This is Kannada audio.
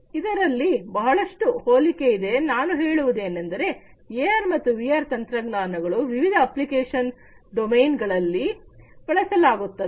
ಇದರಲ್ಲಿ ಬಹಳಷ್ಟು ಹೋಲಿಕೆಯಿದೆ ನಾನು ಹೇಳುವುದೇನೆಂದರೆ ಎಆರ್ ಮತ್ತು ವಿಆರ್ ತಂತ್ರಜ್ಞಾನಗಳು ವಿವಿಧ ಅಪ್ಲಿಕೇಶನ್ ಡೊಮೇನ್ ಗಳಲ್ಲಿ ಬಳಸಲಾಗುತ್ತದೆ